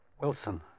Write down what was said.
Wilson